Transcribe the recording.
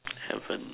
seven